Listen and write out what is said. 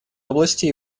области